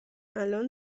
الان